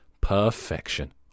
Perfection